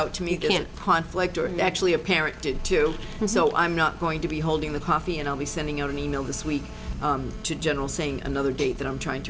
out to me again conflict or actually a parent did too so i'm not going to be holding the coffee and i'll be sending out an email this week general saying another day that i'm trying to